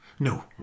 No